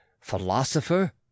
philosopher